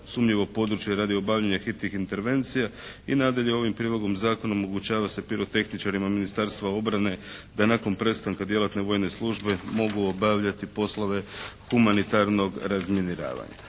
sumnjivo područje radi obavljanja hitnih intervencija. I nadalje ovim prijedlogom zakona omogućava se pirotehničarima Ministarstva obrane da nakon prestanke djelatne vojne službe mogu obavljati poslove humanitarnog razminiravanja.